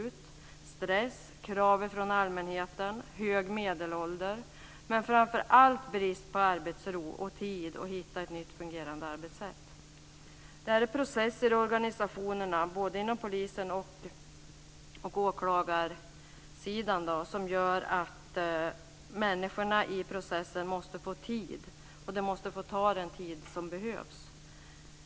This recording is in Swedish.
Det finns stress, krav ifrån allmänheten, hög medelålder, men framförallt brist på arbetsro och tid att hitta ett nytt fungerande arbetssätt. Detta är processer som pågår i organisationerna, både inom polis och åklagarväsendet. Människorna som deltar i de processerna måste få den tid som behövs.